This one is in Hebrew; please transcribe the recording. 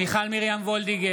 מיכל מרים וולדיגר,